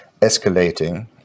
escalating